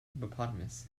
hippopotamus